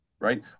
right